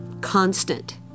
constant